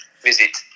visit